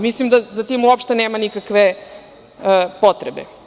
Mislim da za tim uopšte nema nikakve potrebe.